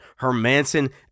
Hermanson